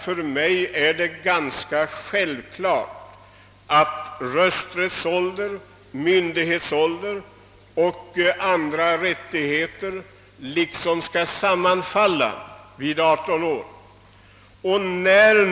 För mig är det också självklart att rösträttsoch myndighetsålder sammanfaller vid 18 år.